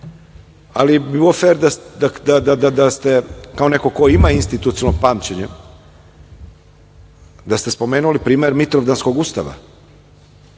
ali bi bilo fer da ste kao neko ko ima institucionalno pamćenje, da ste spomenuli primer Mitrovdanskog ustava.